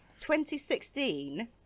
2016